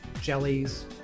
Jellies